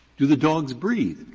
do the dogs breathe?